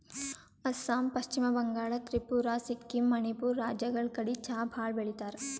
ಅಸ್ಸಾಂ, ಪಶ್ಚಿಮ ಬಂಗಾಳ್, ತ್ರಿಪುರಾ, ಸಿಕ್ಕಿಂ, ಮಣಿಪುರ್ ರಾಜ್ಯಗಳ್ ಕಡಿ ಚಾ ಭಾಳ್ ಬೆಳಿತಾರ್